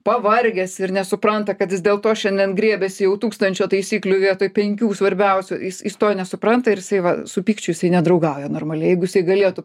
pavargęs ir nesupranta kad jis dėl to šiandien griebiasi jau tūkstančio taisyklių vietoj penkių svarbiausių jis jis to nesupranta ir jisai va su pykčiu jisai nedraugauja normaliai jeigu jisai galėtų